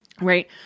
Right